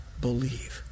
believe